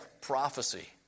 prophecy